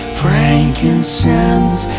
frankincense